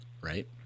right